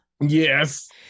Yes